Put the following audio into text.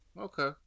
Okay